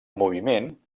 moviment